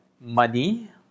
money